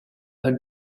our